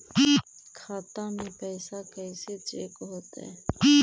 खाता में पैसा कैसे चेक हो तै?